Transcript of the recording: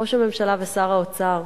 ראש הממשלה ושר האוצר,